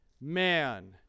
man